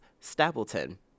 Stapleton